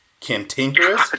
cantankerous